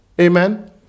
Amen